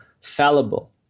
fallible